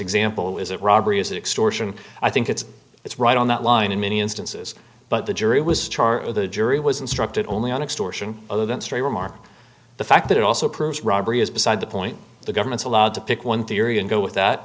example is it robbery is extraordinary i think it's it's right on that line in many instances but the jury was charo the jury was instructed only on extortion other than straight remark the fact that it also proves robbery is beside the point the government's allowed to pick one theory and go with that